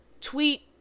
Tweet